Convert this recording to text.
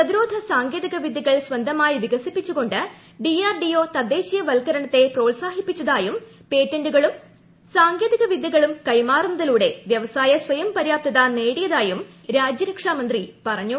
പ്രതിരോധ സാങ്കേതികവിദ്യകൾ സ്വന്തമായി വികസിപ്പിച്ചുകൊണ്ട് ഡിആർഡിഒ തദ്ദേശീയ വൽക്കരണത്തെ പ്രോത്സാഹിപ്പിച്ചതായും പേറ്റന്റുകളും സാങ്കേതിക വിദൃകളും കൈമാറുന്നതിലൂടെ വൃവസായ സ്വയംപര്യാപ്തത നേടിയതായും ശ്രീ രാജ്നാഥ് സിംഗ് പറഞ്ഞു